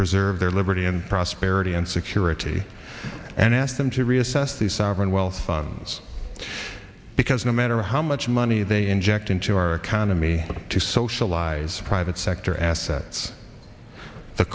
preserve their liberty and prosperity and security and ask them to reassess the sovereign wealth funds because no matter how much money they inject into our economy to socialize private sector assets the